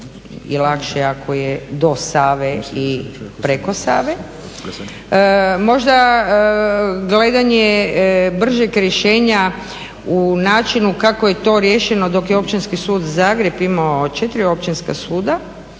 i lakše ako je do Save i preko Save. Možda gledanje bržeg rješenja u načinu kako je to riješeno dok je Općinski sud Zagreb imao četiri općinska suda